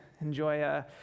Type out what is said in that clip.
enjoy